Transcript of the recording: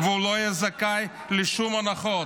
הוא לא יהיה זכאי לשום הנחות,